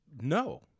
no